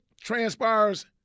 transpires